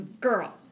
girl